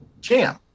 jam